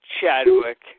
Chadwick